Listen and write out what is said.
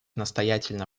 настоятельно